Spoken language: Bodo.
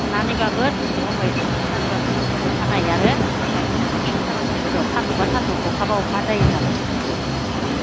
फुनानैबाबो दसे समयखौ फुनानैबाबो फैबाय अखानायै आरो गायब्रब फुब्रब खालामसिगोन र' सानदुंबा सानदुं अखाबा अखा जायो नालाय बेफोरबायदिनो खालामो